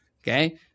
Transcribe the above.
Okay